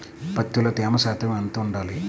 పత్తిలో తేమ శాతం ఎంత ఉండాలి?